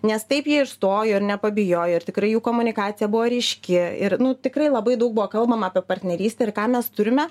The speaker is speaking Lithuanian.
nes taip jie išstojo ir nepabijojo ir tikrai jų komunikacija buvo ryški ir nu tikrai labai daug buvo kalbama apie partnerystę ir ką mes turime